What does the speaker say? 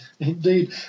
Indeed